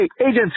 agents